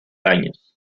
años